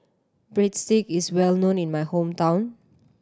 breadstick is well known in my hometown